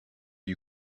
you